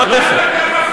לא יפה.